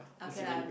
was it really good